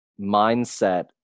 mindset